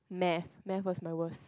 Math Math was my worst